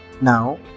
Now